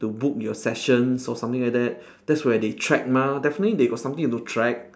to book your session so something like that that's where they track mah definitely they got something to track